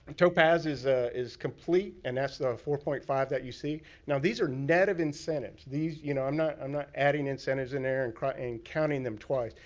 topaz is ah is complete. and that's the four point five that you see. now, these are net of incentives. you know i'm not i'm not adding incentives in there and counting counting them twice.